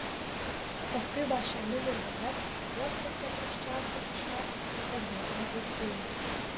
paskui vąšeliu virveles ar juostas paprasčiausiai išvarstysite gauruotais siūlais